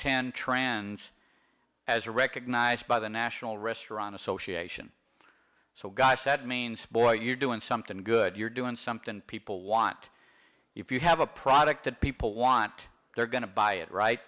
ten trends as are recognized by the national restaurant association so guys that means boy you're doing something good you're doing something people want if you have a product that people want they're going to buy it right